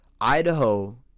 Idaho